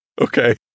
Okay